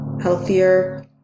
healthier